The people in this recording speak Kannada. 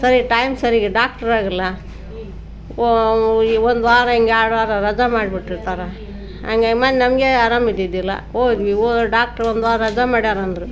ಸರಿ ಟೈಮ್ ಸರಿಗೆ ಡಾಕ್ಟ್ರ್ ಊರಾಗ ಇಲ್ಲ ಹೊ ಈ ಒಂದು ವಾರ ಹಿಂಗೆ ಎರಡು ವಾರ ರಜೆ ಮಾಡ್ಬಿಟ್ಟಿರ್ತಾರೆ ಹಾಗಾಗಿ ಮ ನಮಗೆ ಆರಾಮ್ ಇದ್ದಿದ್ದಿಲ್ಲ ಹೋದ್ವಿ ಹೋ ಡಾಕ್ಟ್ರ್ ಒಂದು ವಾರ ರಜಾ ಮಾಡ್ಯಾರ ಅಂದರು